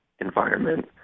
environment